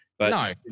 No